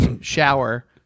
Shower